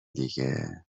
دیگه